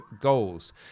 goals